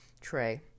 tray